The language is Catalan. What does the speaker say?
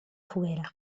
foguera